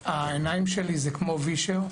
העיניים שלי זה כמו וישר.